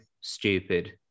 stupid